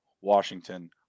Washington